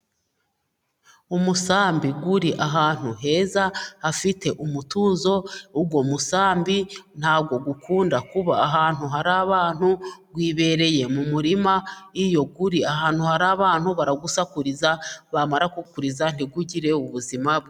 Umusambi uri ahantu heza, hafite umutuzo, uwo musambi ntabwo ukunda kuba ahantu hari abantu, wibereye mu murima, iyo uri ahantu hari abantu, barawusakuriza, bamara kuwusakuriza ntugire ubuzima bwiza.